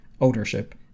ownership